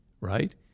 right